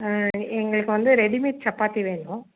எங்களுக்கு வந்து ரெடிமேட் சப்பாத்தி வேணும்